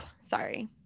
sorry